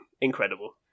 incredible